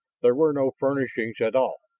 there were no furnishings at all,